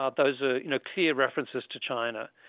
ah those are you know clear references to china.